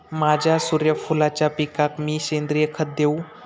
माझ्या सूर्यफुलाच्या पिकाक मी सेंद्रिय खत देवू?